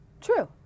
True